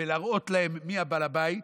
ולהראות להם מי הבעל בית,